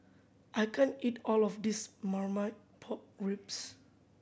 I can't eat all of this Marmite Pork Ribs